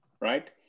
right